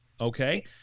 Okay